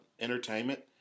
entertainment